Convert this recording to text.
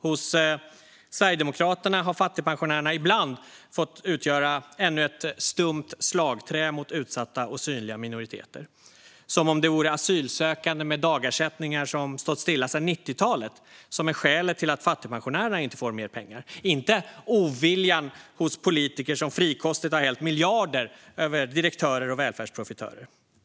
Hos Sverigedemokraterna har fattigpensionärerna ibland fått utgöra ännu ett stumt slagträ mot utsatta och synliga minoriteter, som om det vore asylsökande med dagersättningar som stått stilla sedan 90-talet som är skälet till att fattigpensionärerna inte fått mer pengar - inte oviljan hos politiker som frikostigt har hällt miljarder över direktörer och välfärdsprofitörer.